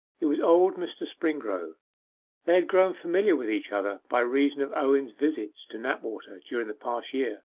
it was old mr. springrove. they had grown familiar with each other by reason of owen's visits to knapwater during the past year.